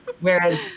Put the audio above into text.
Whereas